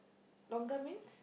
longer means